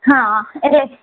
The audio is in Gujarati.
હા એટલે